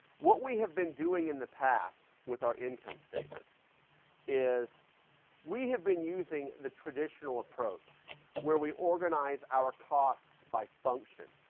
what we have been doing in the past with our income statement is we have been using the traditional approach where we organize our costs by function,